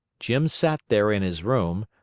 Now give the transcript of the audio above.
jim sat there in his room,